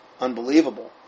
unbelievable